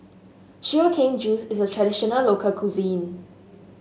Sugar Cane Juice is a traditional local cuisine